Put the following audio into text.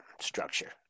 structure